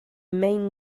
main